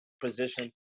position